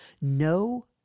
no